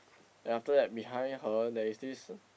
then after that behind her there is this